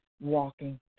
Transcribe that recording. walking